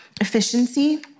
efficiency